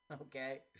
Okay